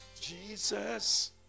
Jesus